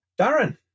Darren